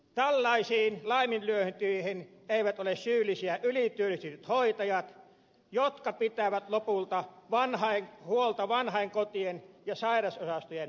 tällaisiin laiminlyönteihin eivät ole syyllisiä ylityöllistetyt hoitajat jotka pitävät lopulta huolta vanhainkotien ja sairasosastojen vanhuksista